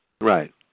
Right